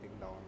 down